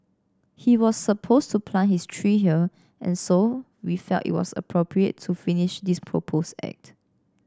he was supposed to plant his tree here and so we felt it was appropriate to finish this proposed act